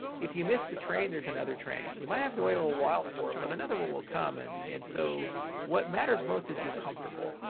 if you miss the train, there's another train. you might have to wait a little while for it, but another one will come and and so what matters most is you're comfortable.